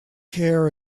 hair